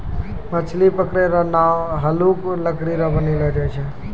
मछली पकड़ै रो नांव हल्लुक लकड़ी रो बनैलो जाय छै